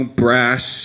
brash